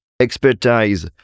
expertise